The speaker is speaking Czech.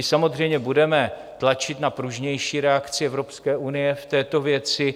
Samozřejmě budeme tlačit na pružnější reakci Evropské unie v této věci.